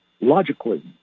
logically